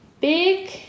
big